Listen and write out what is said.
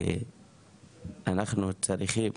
שאנחנו צריכים